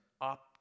up